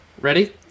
Ready